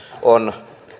on